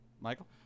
Michael